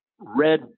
Red